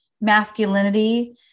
masculinity